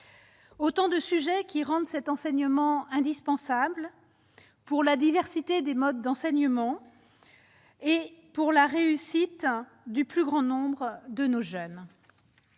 Autant de raisons qui rendent cet enseignement indispensable pour la diversité des modes d'enseignement et la réussite du plus grand nombre de nos jeunes.